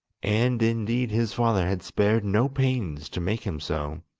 and indeed his father had spared no pains to make him so.